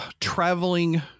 traveling